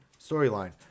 storyline